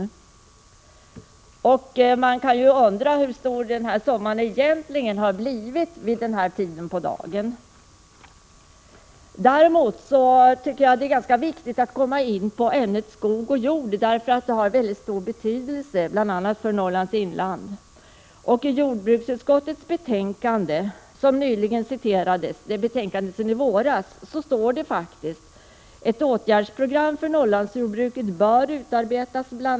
Man kan undra hur stor summan egentligen har hunnit bli vid den här tiden på dagen. Däremot tycker jag det är viktigt att komma in på ämnet skog och jord, därför att det har mycket stor betydelse för bl.a. Norrlands inland. I jordbruksutskottets betänkande från i våras, som nyligen citerades, heter det: Ett åtgärdsprogram för Norrlandsjordbruket bör utarbetas. Bl.